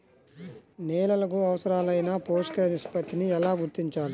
నేలలకు అవసరాలైన పోషక నిష్పత్తిని ఎలా గుర్తించాలి?